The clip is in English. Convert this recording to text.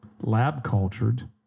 lab-cultured